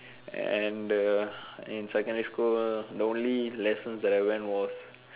and the in secondary school the only lessons I went was